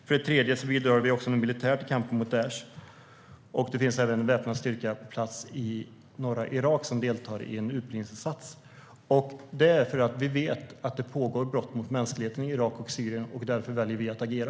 För det tredje bidrar vi också militärt i kampen mot Daish. Det finns även en väpnad styrka på plats i norra Irak som deltar i en utbildningsinsats. Vi vet att det pågår brott mot mänskligheten i Irak och Syrien, och därför väljer vi att agera.